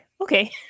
Okay